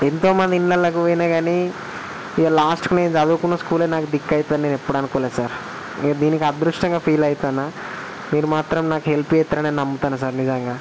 ఎంతో మంది ఇళ్ళకు పోయిన కానీ ఇక లాస్ట్కు నేను చదువుకున్న స్కూలే నాకు దిక్కు అవుతుందని నేను ఎప్పుడు అనుకోలేదు సార్ ఇక దీనికి అదృష్టంగా ఫీల్ అవుతున్నా మీరు మాత్రం నాకు హెల్ప్ చేస్తారనే నమ్ముతున్న సార్ నిజంగా